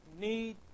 need